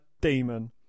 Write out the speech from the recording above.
demon